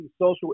social